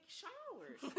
showers